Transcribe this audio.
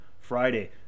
Friday